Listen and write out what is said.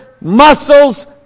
muscles